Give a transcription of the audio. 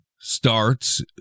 starts